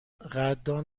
قدردان